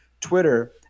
Twitter